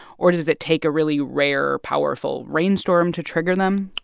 or does it take a really rare, powerful rainstorm to trigger them?